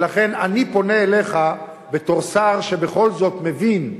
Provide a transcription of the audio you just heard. ולכן, אני פונה אליך בתור שר שבכל זאת מבין,